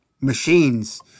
machines